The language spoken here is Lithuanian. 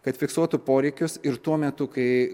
kad fiksuotų poreikius ir tuo metu kai